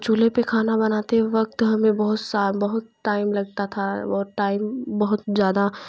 चूल्हे पर खाना बनाते हैं वक्त हमें बहुत सा बहुत टाइम लगता था बहुत टाइम बहुत ज़्यादा